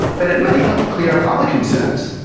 but it may help clear up other concerns.